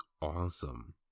awesome